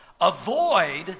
avoid